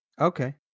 Okay